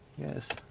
yes